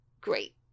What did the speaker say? great